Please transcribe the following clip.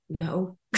no